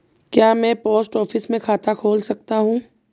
क्या मैं post office में खाता खोल सकता हूँ?